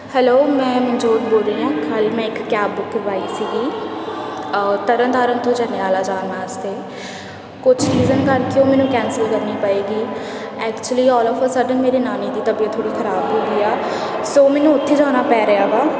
hello ਮੈਂ ਮਨਜੋਤ ਬੋਲ ਰਹੀ ਹਾਂ ਕੱਲ੍ਹ ਮੈਂ ਇੱਕ ਕੈਬ ਬੁੱਕ ਕਰਵਾਈ ਸੀਗੀ ਤਰਨ ਤਾਰਨ ਤੋਂ ਜੰਡਿਆਲਾ ਜਾਣ ਵਾਸਤੇ ਕੁਛ ਰੀਜ਼ਨ ਕਰਕੇ ਉਹ ਮੈਨੂੰ ਕੈਂਸਲ ਕਰਨੀ ਪਏਗੀ ਐਕਚੁਲੀ ਆਲ ਆਫ ਸਡਨ ਮੇਰੇ ਨਾਨੀ ਦੀ ਤਬੀਅਤ ਥੋੜ੍ਹੀ ਖਰਾਬ ਹੋ ਗਈ ਆ ਸੋ ਮੈਨੂੰ ਉੱਥੇ ਜਾਣਾ ਪੈ ਰਿਹਾ ਵਾ